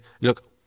look